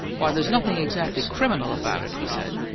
why, there's nothin' exactly criminal about it, he said.